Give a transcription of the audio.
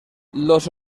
los